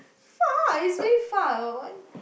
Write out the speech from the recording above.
far it's very far